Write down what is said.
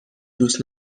دوست